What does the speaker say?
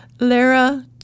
Lara